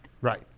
Right